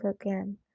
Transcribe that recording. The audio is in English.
again